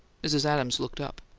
mrs. adams looked up.